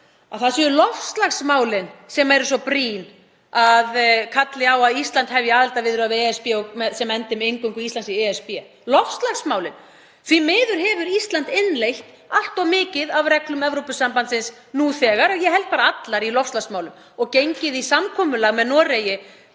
það séu loftslagsmálin sem séu svo brýn að það kalli á að Ísland hefji aðildarviðræður við ESB sem endi með inngöngu Íslands í ESB. Loftslagsmálin. Því miður hefur Ísland innleitt allt of mikið af reglum Evrópusambandsins nú þegar, ég held bara allar í loftslagsmálum, og gengið í samkomulag með Noregi